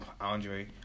Andre